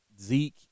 Zeke